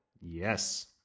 yes